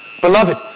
Beloved